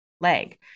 leg